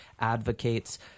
advocates